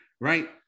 right